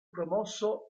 promosso